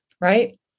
right